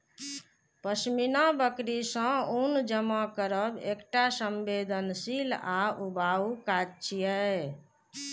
पश्मीना बकरी सं ऊन जमा करब एकटा संवेदनशील आ ऊबाऊ काज छियै